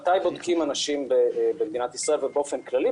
מתי בודקים אנשים במדינת ישראל ובאופן כללי?